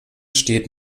steht